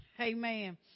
Amen